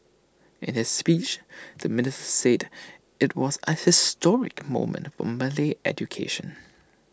in his speech the minister said IT was A historic moment for Malay education